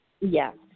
Yes